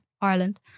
Ireland